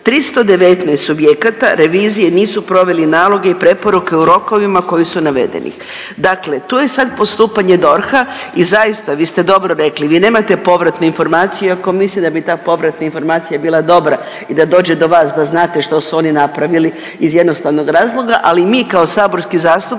319 subjekata revizije nisu proveli naloge i preporuke u rokovima koji su navedeni. Dakle tu je sad postupanje DORH-a i zaista vi ste dobro rekli, vi nemate povratnu informaciju iako mislim da bi ta povratna informacija bila dobra i da dođe do vas da znate što su oni napravili iz jednostavnog razloga, ali mi kao saborski zastupnici